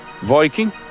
Viking